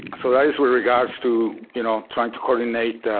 so that is with regards to, you know, trying to coordinate